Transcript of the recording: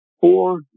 Four